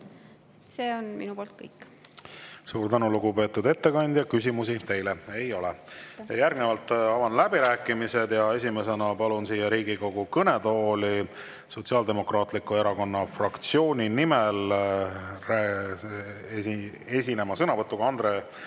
See on minu poolt kõik. Suur tänu, lugupeetud ettekandja! Küsimusi teile ei ole. Avan läbirääkimised. Esimesena palun siia Riigikogu kõnetooli Sotsiaaldemokraatliku Erakonna fraktsiooni nimel esinema sõnavõtuga Andre